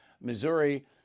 Missouri